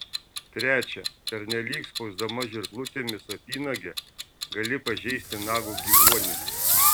trečia pernelyg spausdama žirklutėmis apynagę gali pažeisti nago gyvuonį